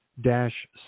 dash